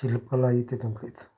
शिल्पकला ही तातूंतलीच